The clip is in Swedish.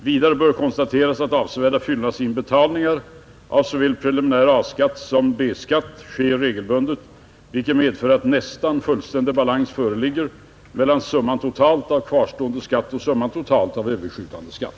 Vidare bör konstateras att avsevärda fyllnadsinbetalningar av såväl preliminär A-skatt som preliminär B-skatt sker regelbundet, vilket medför att nästan fullständig balans föreligger mellan summan totalt av kvarstående skatt och summan totalt av överskjutande skatt.